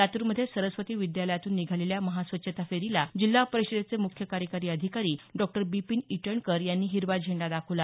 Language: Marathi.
लातूरमध्ये सरस्वती विद्यालयातून निघालेल्या महास्वच्छता फेरीला जिल्हा परिषदेचे मुख्य कार्यकारी अधिकारी डॉ बिपीन इटणकर यांनी हिरवा झेंडा दाखवला